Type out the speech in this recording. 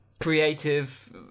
creative